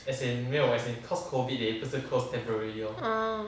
oh